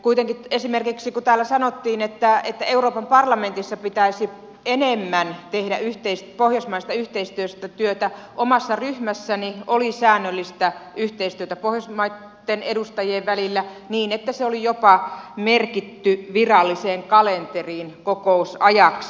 kuitenkin esimerkiksi kun täällä sanottiin että euroopan parlamentissa pitäisi enemmän tehdä pohjoismaista yhteistyötä omassa ryhmässäni oli säännöllistä yhteistyötä pohjoismaitten edustajien välillä niin että se oli jopa merkitty viralliseen kalenteriin kokousajaksi